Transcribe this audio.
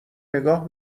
نگاه